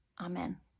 amen